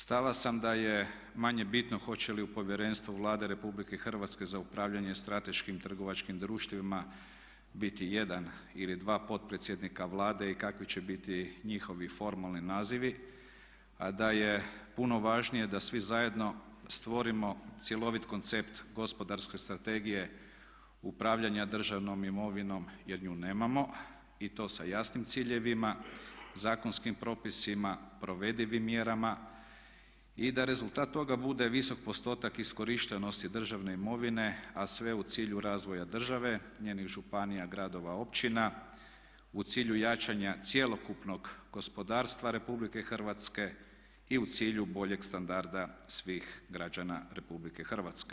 Stava sam da je manje bitno hoće li u povjerenstvu Vlade RH za upravljanje strateškim trgovačkim društvima biti jedan ili dva potpredsjednika Vlade i kakvi će biti njihovi formalni nazivi, a da je puno važnije da svi zajedno stvorimo cjelovit koncept gospodarske strategije upravljanja državnom imovinom jer nju nemamo i to sa jasnim ciljevima, zakonskim propisima, provedivim mjerama i da rezultat toga bude visok postotak iskorištenosti državne imovine a sve u cilju razvoja države, njenih županija, gradova, općina, u cilju jačanja cjelokupnog gospodarstva Republike Hrvatske i u cilju boljeg standarda svih građana RH.